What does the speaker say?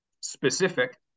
specific